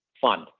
fund